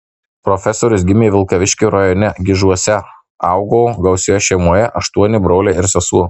profesorius gimė vilkaviškio rajone gižuose augo gausioje šeimoje aštuoni broliai ir sesuo